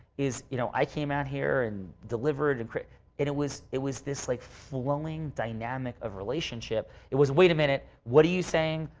is you know i came out here and delivered and. it it was. it was this like flowing dynamic of relationship. it was wait a minute, what are you saying?